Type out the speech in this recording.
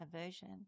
aversion